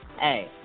Hey